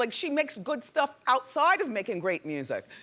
like she makes good stuff outside of making great music.